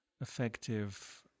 effective